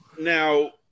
Now